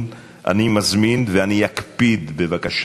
אנחנו מורגלים בכך שהעיסוק בחקלאות מוגדר כעבודת האדמה.